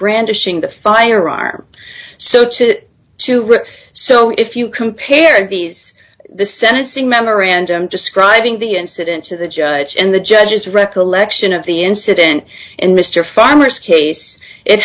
brandishing the firearm so to to rip so if you compare these the sentencing memorandum describing the incident to the judge and the judge's recollection of the incident in mr farmer's case it